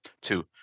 Two